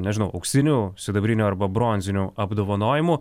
nežinau auksinių sidabrinių arba bronzinių apdovanojimų